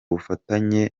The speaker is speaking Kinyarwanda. bufatanye